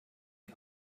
die